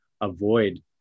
avoid